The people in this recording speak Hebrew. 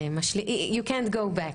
you can't go back.